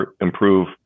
improve